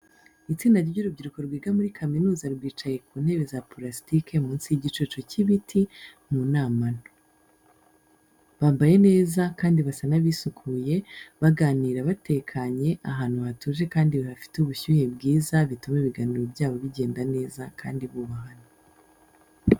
Itsinda ry’urubyiruko rwiga muri kaminuza rwicaye ku ntebe za purasitiki munsi y’igicucu cy’ibiti, mu nama nto. Bambaye neza kandi basa n’abisukuye, baganira batekanye ahantu hatuje kandi hafite ubushyuhe bwiza bituma ibiganiro byabo bigenda neza kandi bubahana.